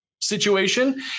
situation